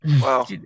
wow